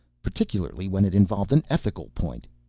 particularly when it involved an ethical point.